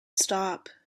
stop